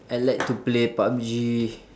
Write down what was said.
I like to play pub G